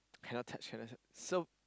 cannot touch cannot touch so